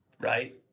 right